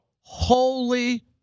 Holy